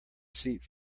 seat